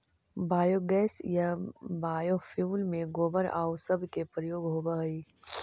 biogas या biofuel में गोबर आउ सब के प्रयोग होवऽ हई